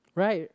right